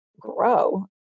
grow